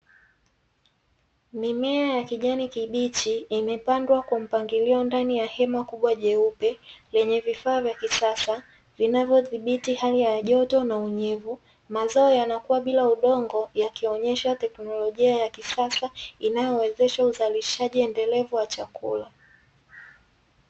Mimea ya kijani kibichi imepandwa kwa mpangilio ndani ya hema kubwa jeupe, lenye vifaa vya kisasa vinavyodhibiti hali ya joto na unyevu, mazao yanakuwa bila udongo yakionyesha teknolojia ya kisasa inayowezesha uzalishaji endelevu wa chakula.